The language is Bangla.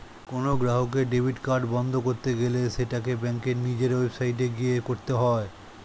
কোনো গ্রাহকের ডেবিট কার্ড বন্ধ করতে গেলে সেটাকে ব্যাঙ্কের নিজের ওয়েবসাইটে গিয়ে করতে হয়ে